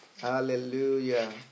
Hallelujah